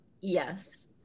Yes